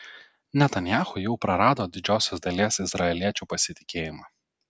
netanyahu jau prarado didžiosios dalies izraeliečių pasitikėjimą